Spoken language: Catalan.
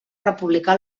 republicà